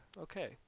Okay